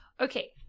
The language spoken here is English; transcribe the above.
Okay